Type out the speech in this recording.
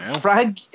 Frank